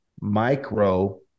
micro